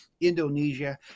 Indonesia